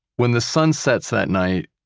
when the sun sets that night,